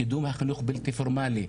קידום החינוך הבלתי פורמאלי,